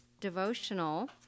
devotional